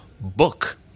book